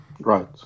right